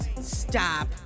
Stop